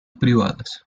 privadas